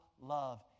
love